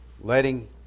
Letting